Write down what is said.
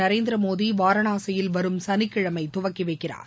நரேந்திரமோடி வாரணாசியில் வரும் சனிக்கிழமை துவக்கி வைக்கிறார்